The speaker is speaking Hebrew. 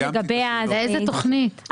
לגבי איזו תוכנית?